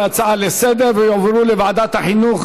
להצעה לסדר-היום ולהעביר את הנושא לוועדת החינוך,